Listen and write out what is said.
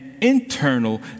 internal